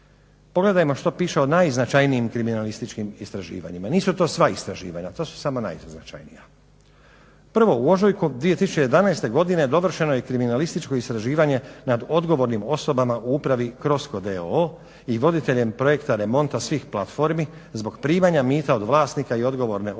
pogledajmo što piše o najznačajnijim kriminalističkim istraživanjima. Nisu to sva istraživanja. To su samo najznačajnija. Prvo u ožujku 2011. godine dovršeno je kriminalističko istraživanje nad odgovornim osobama u Upravi CROSCO d.o.o. i voditeljem projekta remonta svih platformi zbog primanja mita od vlasnika i odgovorne osobe u